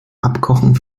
abkochen